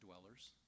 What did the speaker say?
dwellers